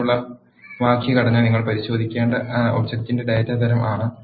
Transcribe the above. അതിനുള്ള വാക്യഘടന നിങ്ങൾ പരിശോധിക്കേണ്ട ഒബ്ജക്റ്റിന്റെ ഡാറ്റ തരം ആണ്